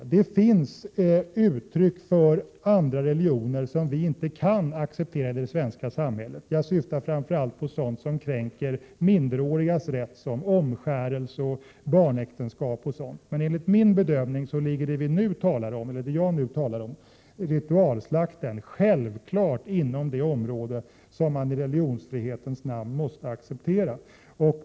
Andra religioner kan ta sig sådana uttryck som vi inte kan acceptera i det svenska samhället. Jag syftar framför allt på ceremonier som kränker minderårigas rätt, t.ex. kvinnlig omskärelse, barnäktenskap o. d. Enligt min bedömning ligger emellertid det jag nu talar om, ritualslakt, självfallet inom det område som man i religionsfrihetens namn måste acceptera.